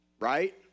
Right